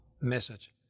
message